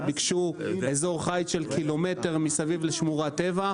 שביקשו אזור חיץ של קילומטר מסביב לשמורת טבע.